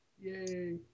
Yay